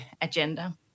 agenda